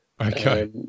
okay